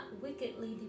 wickedly